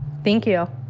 thank you.